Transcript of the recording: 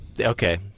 Okay